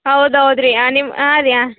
ಹೌದೌದು ರೀ ಹಾಂ ನಿಮ್ಮ ಹಾಂ ರೀ ಹಾಂ